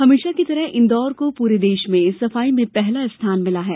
हमेशा की तरह इंदौर को पूरे देश में सफाई में पहला स्थान मिला है